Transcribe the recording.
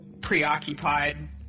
preoccupied